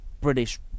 British